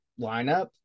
lineup